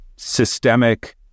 systemic